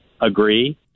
agree